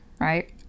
right